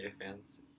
fans